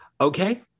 okay